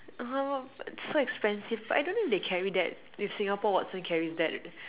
uh so expensive but I don't know if they carry that if Singapore Watson's carries that